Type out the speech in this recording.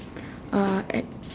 uh at